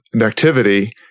activity